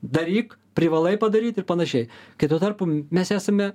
daryk privalai padaryt ir panašiai kai tuo tarpu mes esame